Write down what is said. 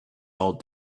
all